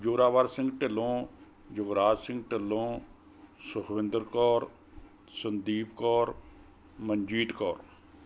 Zorawar Singh Dhillon Yuvraj Singh Dhillon Sukhwinder Kaur Sandeep Kaur Manjit Kaur